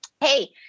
hey